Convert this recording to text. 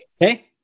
Okay